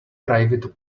private